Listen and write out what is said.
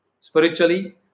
spiritually